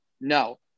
no